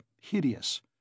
hideous